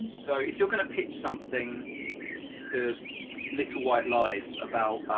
so if you are going to pitch something to little white lies about,